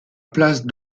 place